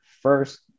first